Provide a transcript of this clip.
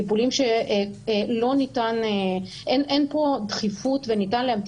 טיפולים שאין פה דחיפות וניתן להמתין